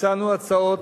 הצענו הצעות,